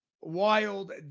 Wild